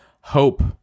Hope